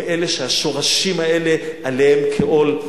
עם אלה שהשורשים האלה עליהם כעול,